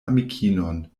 amikinon